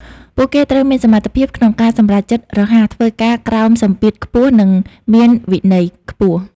ពួកគេត្រូវមានសមត្ថភាពក្នុងការសម្រេចចិត្តរហ័ស ធ្វើការក្រោមសម្ពាធខ្ពស់ និងមានវិន័យខ្ពស់។